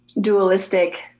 dualistic